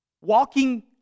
Walking